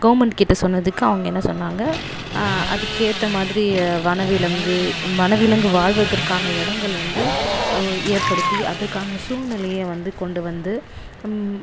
கவர்ன்மெண்ட்கிட்ட சொன்னதுக்கு அவங்க என்ன சொன்னாங்க அதுக்கேற்ற மாதிரி வனவிலங்கு வனவிலங்கு வாழ்வதற்கான இடங்கள் வந்து ஏற்படுத்தி அதற்கான சூழ்நிலையை வந்து கொண்டு வந்து